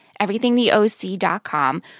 everythingtheoc.com